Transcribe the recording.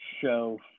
show